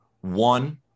One